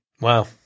Wow